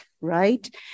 right